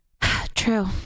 True